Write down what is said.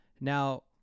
Now